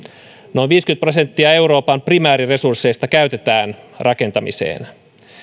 noin viisikymmentä prosenttia euroopan primääriresursseista käytetään rakentamiseen